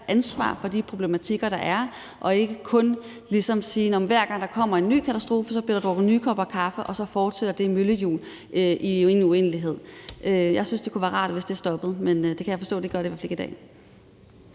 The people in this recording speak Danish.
ansvar for de problematikker, der er, og at det ikke ligesom skal være sådan, at hver gang der opstår en ny katastrofe, bliver der drukket nye kopper kaffe, og så fortsætter det møllehjul med at køre i en uendelighed. Jeg synes, det kunne være rart, hvis det stoppede, men det kan jeg forstå at det vist ikke gør i dag.